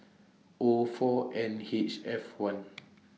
O four N H F one